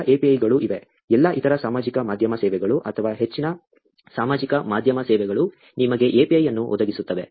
ಇತರ APIಗಳೂ ಇವೆ ಎಲ್ಲಾ ಇತರ ಸಾಮಾಜಿಕ ಮಾಧ್ಯಮ ಸೇವೆಗಳು ಅಥವಾ ಹೆಚ್ಚಿನ ಸಾಮಾಜಿಕ ಮಾಧ್ಯಮ ಸೇವೆಗಳು ನಿಮಗೆ API ಅನ್ನು ಒದಗಿಸುತ್ತವೆ